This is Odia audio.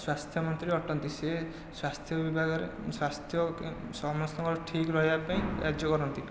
ସ୍ୱାସ୍ଥ୍ୟ ମନ୍ତ୍ରୀ ଅଟନ୍ତି ସେ ସ୍ୱାସ୍ଥ୍ୟ ବିଭାଗରେ ସ୍ୱାସ୍ଥ୍ୟ ସମସ୍ତଙ୍କର ଠିକ ରହିବା ପାଇଁ କାର୍ଯ୍ୟ କରନ୍ତି